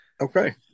Okay